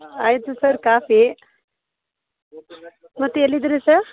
ಆಯಿತು sir coffee ಮತ್ತೆ ಎಲ್ಲಿದ್ದೀರಾ ಸ